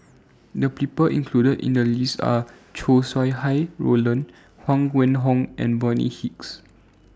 The People included in The list Are Chow Sau Hai Roland Huang Wenhong and Bonny Hicks